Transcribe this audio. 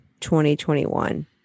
2021